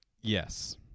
Yes